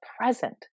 present